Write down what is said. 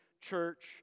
church